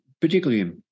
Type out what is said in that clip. particularly